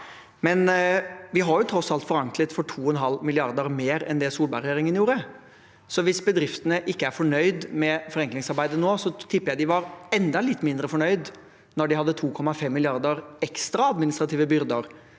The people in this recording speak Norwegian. Men vi har tross alt forenklet for 2,5 mrd. kr mer enn det Solberg-regjeringen gjorde, så hvis bedriftene ikke er fornøyd med forenklingsarbeidet nå, tipper jeg de var enda litt mindre fornøyd når de hadde 2,5 mrd. kr ekstra i administrative byrder